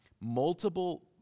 Multiple